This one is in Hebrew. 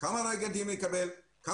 ופה הקריאה שלי שוב: לא לקנות יבוא,